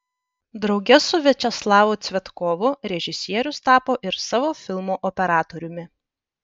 drauge su viačeslavu cvetkovu režisierius tapo ir savo filmo operatoriumi